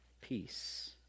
peace